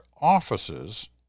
offices